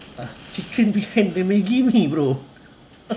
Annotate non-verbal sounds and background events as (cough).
uh chicken behind the maggie mee bro (laughs)